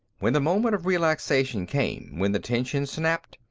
when the moment of relaxation came, when the tension snapped,